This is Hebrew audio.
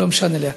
לא משנה לי.